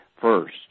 first